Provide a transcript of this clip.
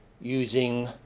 using